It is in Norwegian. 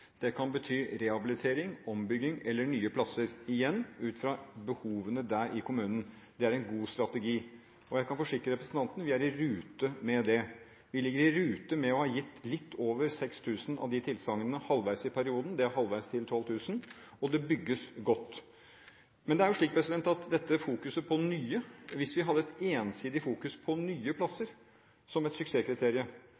kan bety rehabilitering, ombygging eller nye plasser, ut fra behovene i kommunen. Det er en god strategi, og jeg kan forsikre representanten: Vi er i rute med det. Vi ligger i rute med å ha gitt litt over 6 000 av tilsagnene halvveis i perioden – det er halvveis til 12 000. Og det bygges godt. Men dette fokuset på nye – hvis vi hadde et ensidig fokus på nye plasser